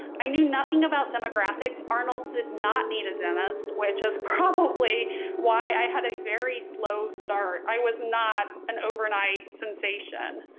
i knew nothing about demographics arnold did not need a dentist which is probably why i had a very slow start. i was not an overnight sensation